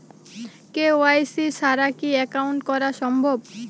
KYC ছাড়া কি account করা সম্ভব?